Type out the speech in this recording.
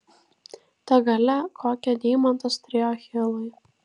ta galia kokią deimantas turėjo achilui